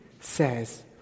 says